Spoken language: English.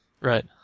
Right